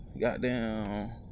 Goddamn